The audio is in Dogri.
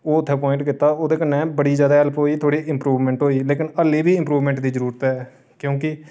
ओह् उत्थै अपोइंट कीत्ता ओह्दे कन्नै बड़ी जैदा हैल्प होई थोह्ड़ी इम्प्रूवमेंट होई लेकिन हल्ले बी इम्प्रूवमेंट दी जरूरत है क्यूंकि